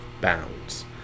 bounds